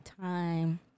time